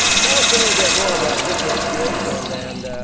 tell us a little bit more about differentiation, and,